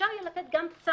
אפשר יהיה לתת גם צו